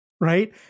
right